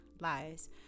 Lies